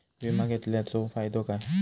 विमा घेतल्याचो फाईदो काय?